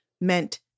meant